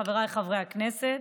חבריי חברי הכנסת,